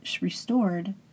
restored